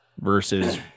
versus